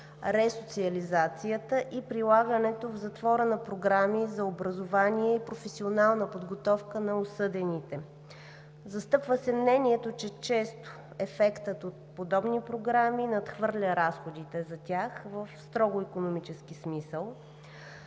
ресоциализацията и прилагането в затворени програми за образование и професионална подготовка на осъдените. Застъпва се мнението, че често ефектът от подобни програми надхвърля разходите за тях в строго икономически смисъл.